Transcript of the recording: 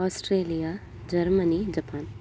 Australia Germany Japan